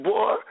Boy